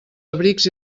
abrics